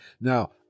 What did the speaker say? Now